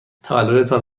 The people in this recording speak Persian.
تولدتان